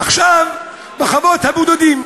עכשיו, בחוות הבודדים,